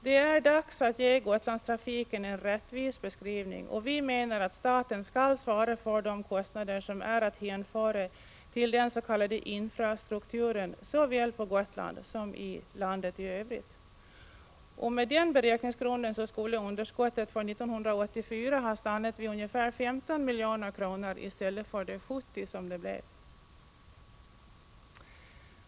Det är dags att ge Gotlandstrafiken en rättvis beskrivning, och vi menar att staten skall svara för de kostnader som är att hänföra till den s.k. infrastrukturen såväl på Gotland som i landet i övrigt. Med den beräkningsgrunden skulle underskottet för 1984 ha stannat vid ca 15 milj.kr. i stället för 70, som det blev.